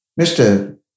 Mr